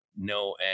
no